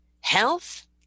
health